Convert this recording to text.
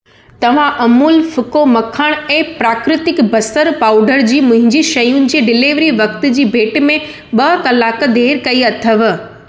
तव्हां अमूल फिको मखणु ऐं प्राकृतिक बसरु पाउडर जी मुंहिंजी शयुनि जे डिलीवरी वक़्ति जी भेट में ॿ कलाक देरि कई अथव